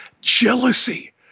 jealousy